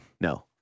No